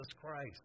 Christ